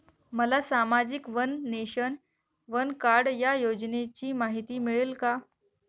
मला सामाजिक one nation, one card या योजनेची माहिती मिळेल का?